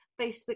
Facebook